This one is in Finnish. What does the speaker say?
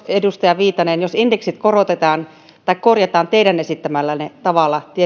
edustaja viitanen jos indeksit korjataan teidän esittämällänne tavalla